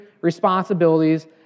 responsibilities